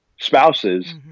spouses